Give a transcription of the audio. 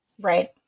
Right